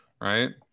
right